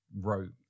wrote